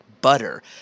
butter